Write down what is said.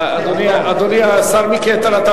אדוני השר מיקי איתן,